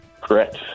Correct